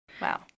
Wow